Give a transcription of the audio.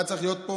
היה צריך להיות פה